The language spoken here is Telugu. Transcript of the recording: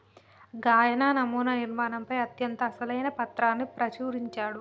గాయన నమునా నిర్మాణంపై అత్యంత అసలైన పత్రాన్ని ప్రచురించాడు